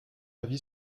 avis